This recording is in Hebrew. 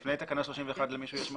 לפני תקנה 31, למישהו יש משהו?